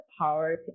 power